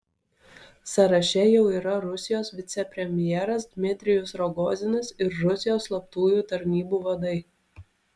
sąraše jau yra rusijos vicepremjeras dmitrijus rogozinas ir rusijos slaptųjų tarnybų vadai